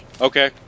Okay